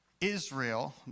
Israel